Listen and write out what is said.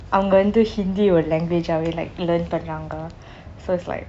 அவங்க வந்து:avanka vanthu hindi ஒரு:oru language ஆக:aaka like learn பன்னாங்க:pannanka so it's like